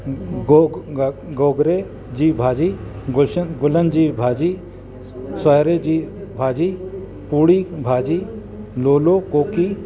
गो ग गोगिड़े जी भाॼी गुलशन गुलनि जी भाॼी स्वाजरे जी भाॼी पूड़ी भाॼी लोलो कोकी